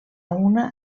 una